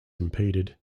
impeded